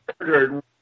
murdered